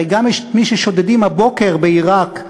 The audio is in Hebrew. הרי גם את מי ששודדים הבוקר בעיראק,